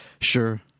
Sure